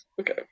Okay